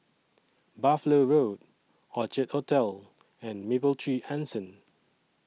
Buffalo Road Orchard Hotel and Mapletree Anson